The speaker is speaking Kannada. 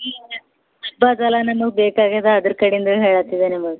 ಬೇಕಾಗ್ಯದ ಅದ್ರ ಕಡೆಯಿಂದಲೂ ಹೇಳ್ಲತ್ತಿದೆ ನಿಮಗೆ